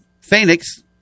Phoenix